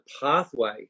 pathway